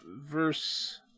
verse